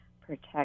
protect